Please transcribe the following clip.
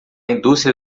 indústria